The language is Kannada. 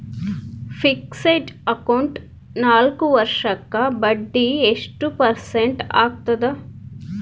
ಫಿಕ್ಸೆಡ್ ಅಕೌಂಟ್ ನಾಲ್ಕು ವರ್ಷಕ್ಕ ಬಡ್ಡಿ ಎಷ್ಟು ಪರ್ಸೆಂಟ್ ಆಗ್ತದ?